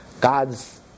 God's